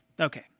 Okay